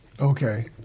Okay